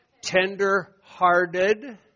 tender-hearted